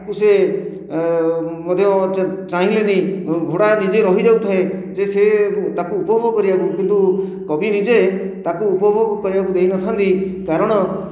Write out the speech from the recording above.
ସେ ମଧ୍ୟ ଚାହିଁଲେନି ଘୋଡ଼ା ନିଜେ ରହିଯାଉଥାଏ ଯେ ସେ ତାକୁ ଉପଭୋଗ କରିବାକୁ କିନ୍ତୁ କବି ନିଜେ ତାଙ୍କୁ ଉପଭୋଗ କରିବାକୁ ଦେଇନଥାନ୍ତି କାରଣ